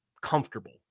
comfortable